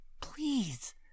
please